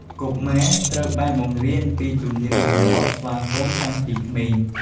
កុមារត្រូវបានបង្រៀនពី ទំនៀមទម្លាប់ស្វាគមន៍ តាំងពីក្មេង។